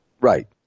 Right